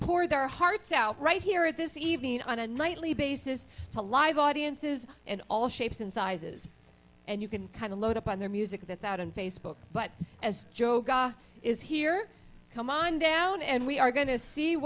pour their hearts out right here at this evening on a nightly basis to live audiences and all shapes and sizes and you can kind of load up on the music that's out on facebook but as joe is here come on down and we are going to see